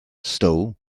stow